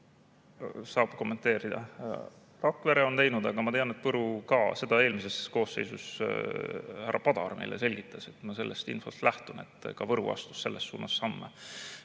saab kommenteerida. Rakvere on teinud, aga ma tean, et Võru ka. Seda eelmises koosseisus härra Padar meile selgitas ja ma sellest infost lähtusin, [väites], et ka Võru astus selles suunas samme.